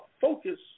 focus